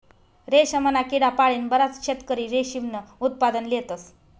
रेशमना किडा पाळीन बराच शेतकरी रेशीमनं उत्पादन लेतस